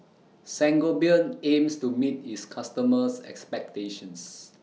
Sangobion aims to meet its customers' expectations